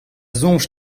soñj